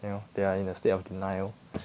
you know they are in a state of denial